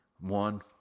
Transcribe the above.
One